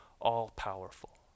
all-powerful